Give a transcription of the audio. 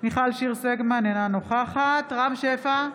מיכל שיר סגמן, אינה נוכחת רם שפע,